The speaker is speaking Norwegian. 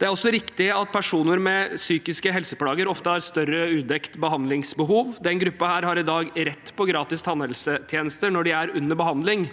Det er også riktig at personer med psykiske helseplager ofte har større, udekte behandlingsbehov. Denne gruppen har i dag rett på gratis tannhelsetjenester når de er under behandling,